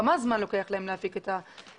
כמה זמן לוקח להם להפיק את הלקחים,